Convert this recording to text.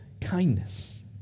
kindness